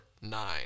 nine